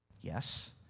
yes